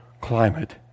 climate